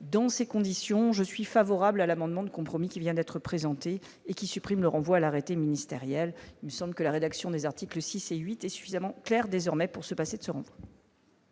dans ces conditions, je suis favorable à l'amendement de compromis qui vient d'être présenté et qui supprime le renvoie l'arrêté ministériel, une somme que la rédaction des articles 6 et 8 est suffisamment clair désormais pour se passer de se rend.